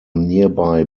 nearby